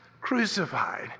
crucified